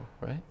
right